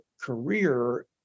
career